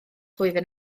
flwyddyn